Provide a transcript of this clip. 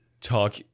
talk